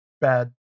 bad